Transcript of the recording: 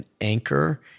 anchor